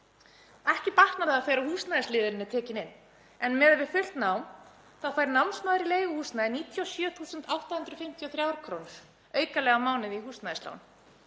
Ekki batnar það þegar húsnæðisliðurinn er tekinn inn en miðað við fullt nám fær námsmaður í leiguhúsnæði 97.853 kr. aukalega á mánuði í húsnæðislán.